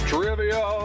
Trivia